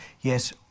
Yes